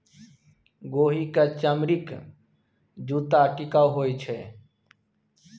गोहि क चमड़ीक जूत्ता टिकाउ होए छै